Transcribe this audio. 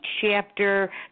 chapter